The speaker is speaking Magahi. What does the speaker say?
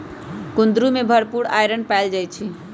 कुंदरू में भरपूर आईरन पाएल जाई छई